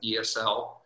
ESL